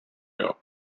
york